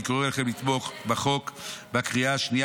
אני קורא לכם לתמוך בחוק בקריאה השנייה